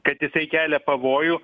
kad jisai kelia pavojų